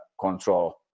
control